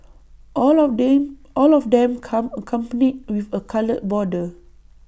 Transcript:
all of them all of them come accompanied with A coloured border